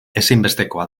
ezinbestekoa